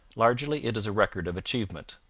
largely it is record of achievement.